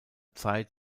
zeit